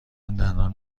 دندان